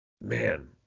man